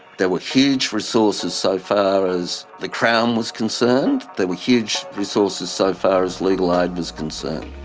there were huge resources so far as the crown was concerned, there were huge resources so far as legal ah aid was concerned.